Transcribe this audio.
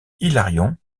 hilarion